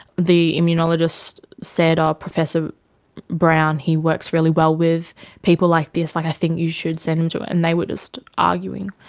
the immunologist said, um professor brown, he works really well with people like this, like i think you should send him to her. and they were just arguing.